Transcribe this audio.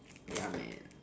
ya man